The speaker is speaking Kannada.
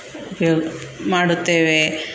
ಉಪ್ಯೋಗ ಮಾಡುತ್ತೇವೆ